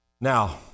Now